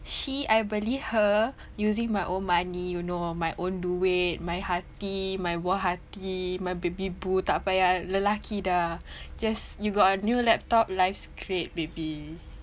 she I beli her using my own money you know my own duit my hati my buah hati my baby boo tak payah lelaki dah just you got a new laptop life's great baby